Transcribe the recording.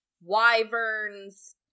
wyverns